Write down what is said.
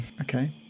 Okay